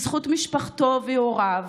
בזכות משפחתו והוריו,